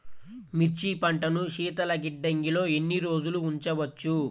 మిర్చి పంటను శీతల గిడ్డంగిలో ఎన్ని రోజులు ఉంచవచ్చు?